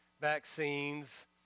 vaccines